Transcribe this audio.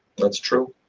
that's true.